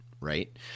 right